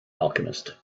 alchemist